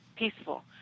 peaceful